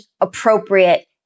appropriate